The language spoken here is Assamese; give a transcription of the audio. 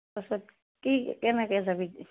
তাছত কি কেনেকৈ যাবি তে